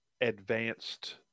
advanced